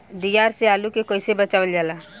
दियार से आलू के कइसे बचावल जाला?